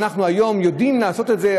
היום אנחנו יודעים לעשות את זה,